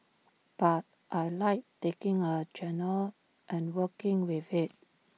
but I Like taking A genre and working with IT